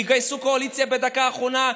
יגייסו את הקואליציה בדקה האחרונה,